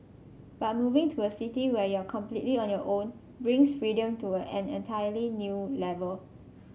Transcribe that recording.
but moving to a city where you're completely on your own brings freedom to an entirely new level